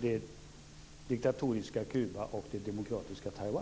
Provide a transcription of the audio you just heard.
det diktatoriska Kuba och det demokratiska Taiwan?